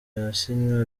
yasinywe